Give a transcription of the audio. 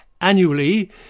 annually